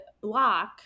block